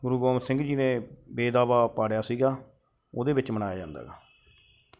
ਗੁਰੂ ਗੋਬਿੰਦ ਸਿੰਘ ਜੀ ਨੇ ਬੇਦਾਵਾ ਪਾੜਿਆ ਸੀਗਾ ਉਹਦੇ ਵਿੱਚ ਮਨਾਇਆ ਜਾਂਦਾ ਗਾ